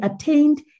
attained